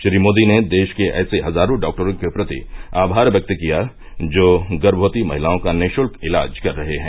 श्री मोदी ने देश के ऐसे हजारों डॉक्टरों के प्रति आमार व्यक्त किया जो गर्भवती महिलाओं का निशुल्क इलाज कर रहे हैं